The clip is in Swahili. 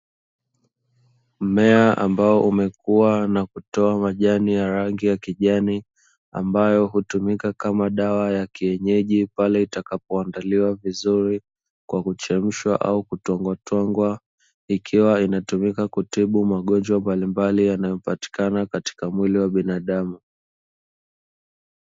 Mmea ambao umekuwa na kutoa majani ya rangi ya kijani, ambayo hutumika kama dawa ya kienyeji pale itakapo andaliwa vizuri kwa kuchemshwa au kutwangwatwangwa ikiwa inatumika kutibu magonjwa mbalimbali yanayopatikana katika mwili wa binadamu.